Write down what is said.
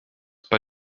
bei